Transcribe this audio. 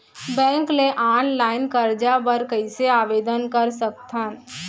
Bank ले online करजा बर कइसे आवेदन कर सकथन?